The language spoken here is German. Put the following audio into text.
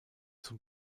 zum